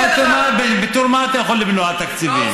בתור מה אתה יכול למנוע תקציבים?